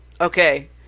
Okay